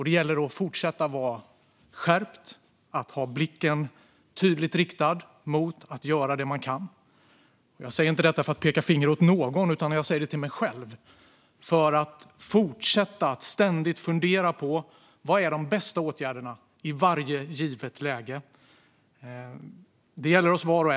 Det gäller att fortsätta vara skärpt och att ha blicken tydligt riktad mot att göra det man kan. Jag säger inte detta för att peka finger åt någon, utan jag säger det till mig själv. Vi måste ständigt fundera på vad som är de bästa åtgärderna i varje givet läge. Det gäller var och en av oss.